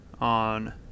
on